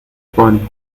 pony